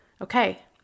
Okay